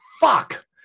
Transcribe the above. fuck